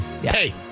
hey